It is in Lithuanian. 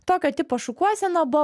tokio tipo šukuosena buvo